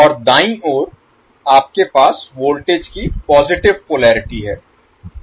और दाईं ओर आपके पास वोल्टेज की पॉजिटिव पोलेरिटी है